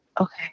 Okay